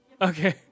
Okay